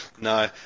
No